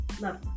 love